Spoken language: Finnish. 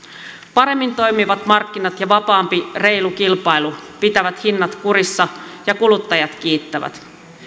paremmin toimivat markkinat ja vapaampi reilu kilpailu pitävät hinnat kurissa ja kuluttajat kiittävät